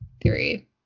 theory